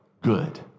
Good